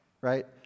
right